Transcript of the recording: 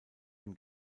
dem